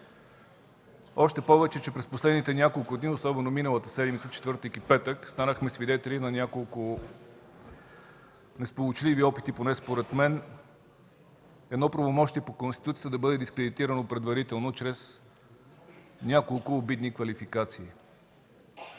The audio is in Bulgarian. още повече че през последните няколко дни, особено миналата седмица – четвъртък и петък, станахме свидетели на няколко несполучливи опита, поне според мен, едно правомощие по Конституцията да бъде дискредитирано предварително чрез няколко обидни квалификации.